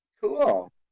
Cool